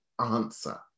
answer